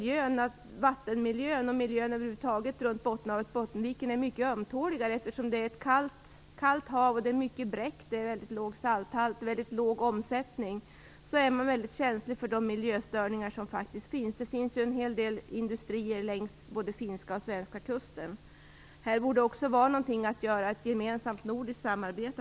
Vattenmiljön och miljön över huvud taget runt Bottenhavet och Bottenviken är mycket ömtålig. Eftersom det är ett kallt och mycket bräckt hav med låg salthalt och låg omsättning är havet väldigt känsligt för de miljöstörningar som faktiskt finns. Det finns ju en hel del industrier, både längs den finska och den svenska kusten. Detta borde vara något för ett gemensamt nordiskt samarbete.